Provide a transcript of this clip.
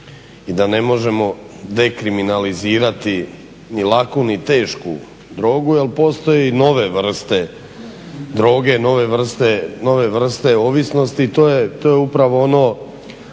i da ne možemo dekriminalizirati ni laku ni tešku drogu jer postoje i nove vrste droge, nove vrste ovisnosti, to je upravo ono